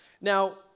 Now